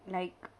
like